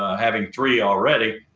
ah having three already.